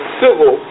civil